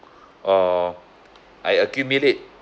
or I accumulate